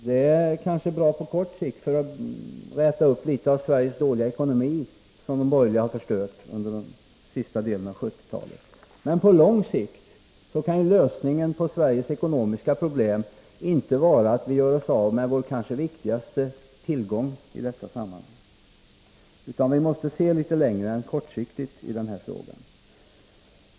Det är kanske bra på kort sikt, för att hjälpa upp Sveriges dåliga ekonomi — det är de borgerliga som under senaste delen av 1970-talet har förstört den svenska ekonomin — men på lång sikt kan lösningen på Sveriges ekonomiska problem inte vara att vi gör oss av med Sveriges i detta sammanhang viktigaste tillgång! Vi måste se litet längre och inte bara anlägga ett kortsiktigt perspektiv i den här frågan.